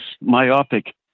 myopic